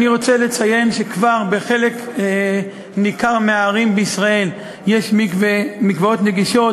אני רוצה לציין שכבר בחלק ניכר מהערים בישראל יש מקוואות נגישות,